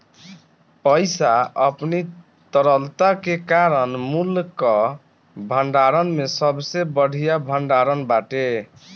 पईसा अपनी तरलता के कारण मूल्य कअ भंडारण में सबसे बढ़िया भण्डारण बाटे